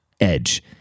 edge